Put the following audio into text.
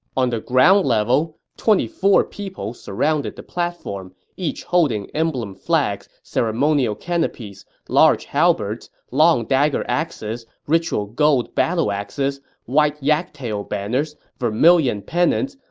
on the ground level, twenty four people surrounded the platform, each holding emblemed flags, ceremonial canopies, large halberds, long dagger-axes, ritual gold battle-axes, white yak-tail banners, vermillion pennants,